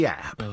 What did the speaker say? app